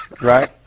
right